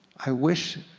i wish